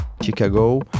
Chicago